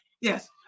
yes